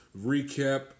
Recap